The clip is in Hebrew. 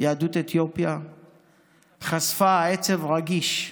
יהדות אתיופיה חשפה עצב רגיש.